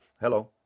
hello